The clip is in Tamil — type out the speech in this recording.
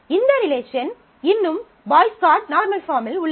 இந்த ரிலேஷன் இன்னும் பாய்ஸ் கோட் நார்மல் பாஃர்ம்மில் உள்ளது